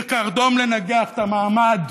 כקרדום לנגח את המעמד.